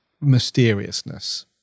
mysteriousness